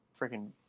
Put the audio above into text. freaking